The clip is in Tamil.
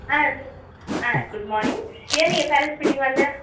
ஆ சொ ஆ குட்மார்னிங் ஏன் நீங்கள் பேரெண்ட்ஸ் மீட்டிங் வர லை